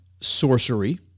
sorcery